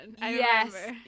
Yes